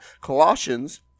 Colossians